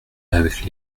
avec